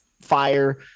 fire